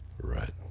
Right